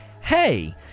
hey